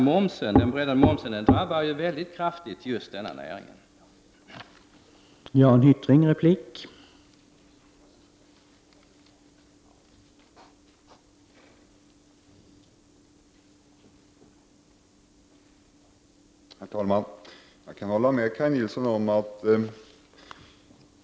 Den breddade momsen drabbar just denna näring kraftigt.